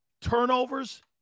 turnovers